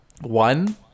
one